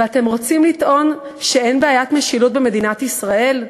ואתם רוצים לטעון שאין בעיית משילות במדינת ישראל?